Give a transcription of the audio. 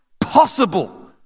possible